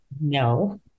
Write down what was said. no